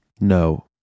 No